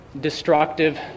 destructive